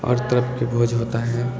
हर तरह के भोज होता है